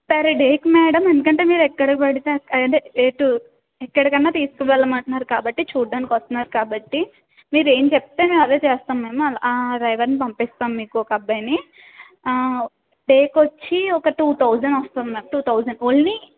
సరే date madam ఎందుకంటే మీరు ఎక్కడపడితే అదే ఎటు ఎక్కడికైనా తీసుకువెళ్ళమంటున్నారు కాబట్టి చూడ్డానికి వస్తున్నారు కాబట్టి మీరు ఏం చెప్తే మేము అదే చేస్తాము మ్యామ్ ఆ డ్రైవర్ని పంపిస్తాము మీకు ఒక అబ్బాయిని డేకి వచ్చి ఒక టూ థౌజండ్ వస్తుంది మ్యామ్ టూ థౌజండ్ ఓన్లీ